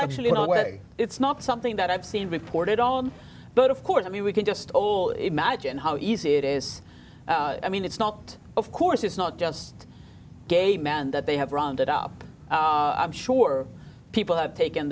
actually in a way it's not something that i've seen reported on but of course i mean we can just all imagine how easy it is i mean it's not of course it's not just gay men that they have rounded up i'm sure people have taken